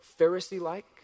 Pharisee-like